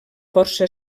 força